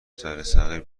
جرثقیل